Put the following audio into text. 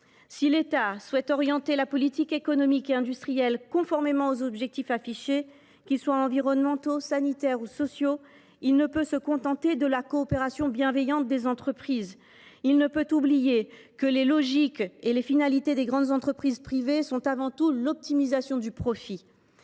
Si l’État souhaite orienter la politique économique et industrielle conformément aux objectifs affichés, qu’ils soient environnementaux, sanitaires ou sociaux, il ne peut se contenter de la « coopération bienveillante » des entreprises. Il ne peut oublier que les logiques et finalités des grandes entreprises privées passent avant tout par l’optimisation du profit.